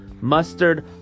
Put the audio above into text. Mustard